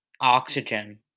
oxygen